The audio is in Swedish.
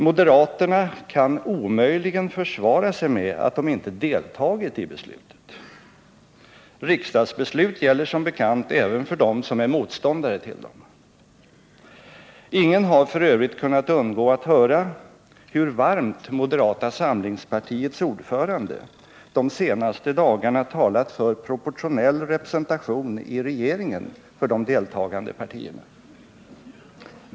Moderaterna kan omöjligen försvara sig med att de inte deltagit i beslutet. Riksdagsbeslut gäller som bekant även för dem som är motståndare till dem. Ingen har f. ö. kunnat undgå att höra hur varmt moderata samlingspartiets ordförande de senaste dagarna talat för proportionell representation i regeringen för de deltagande partierna.